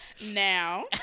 now